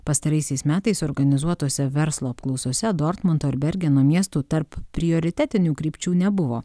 pastaraisiais metais organizuotuose verslo apklausose dortmundo ir bergeno miestų tarp prioritetinių krypčių nebuvo